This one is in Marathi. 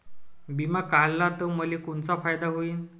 बिमा काढला त मले कोनचा फायदा होईन?